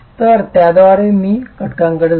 तर त्याद्वारे मी घटकांकडे जाऊ